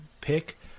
pick